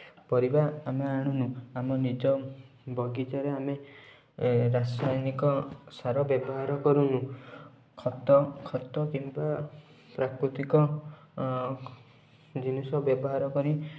ପରିବା ଆମେ ଆଣୁନୁ ଆମ ନିଜ ବଗିଚାରେ ଆମେ ରାସାୟନିକ ସାର ବ୍ୟବହାର କରୁନୁ ଖତ ଖତ କିମ୍ବା ପ୍ରାକୃତିକ ଜିନିଷ ବ୍ୟବହାର କରି